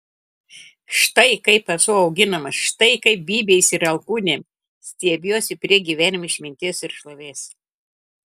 štai kaip esu auginamas štai kaip bybiais ir alkūnėm stiebiuosi prie gyvenimo išminties ir šlovės